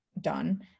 done